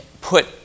put